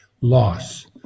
Loss